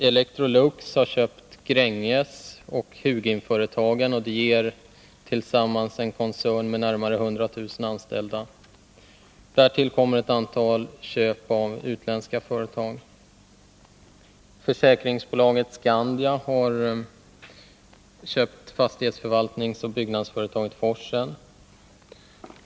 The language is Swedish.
Electrolux har köpt Gränges och Huginföretagen, och det ger tillsammans en koncern med närmare 100 000 anställda. Därtill kommer ett antal köp av utländska företag. Försäkringsbolaget Skandia har köpt fastighetsförvaltningsoch byggnadsföretaget Forsen.